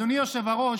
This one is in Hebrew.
אדוני היושב-ראש,